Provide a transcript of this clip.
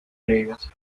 griegas